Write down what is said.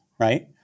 Right